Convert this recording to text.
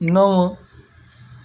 नव